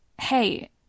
Hey